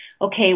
okay